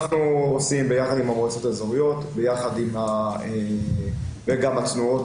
ביחד עם המועצות האזוריות וגם התנועות